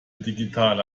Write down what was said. digitale